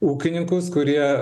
ūkininkus kurie